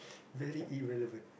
very irrelevant